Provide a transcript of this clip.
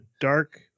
dark